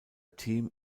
team